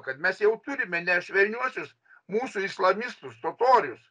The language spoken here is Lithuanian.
kad mes jau turime ne švelniuosius mūsų islamistus totorius